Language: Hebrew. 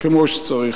כמו שצריך.